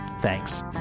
Thanks